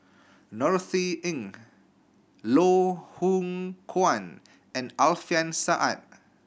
Norothy Ng Loh Hoong Kwan and Alfian Sa'at